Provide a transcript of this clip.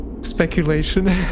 speculation